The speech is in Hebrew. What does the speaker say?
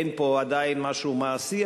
אין פה עדיין משהו מעשי,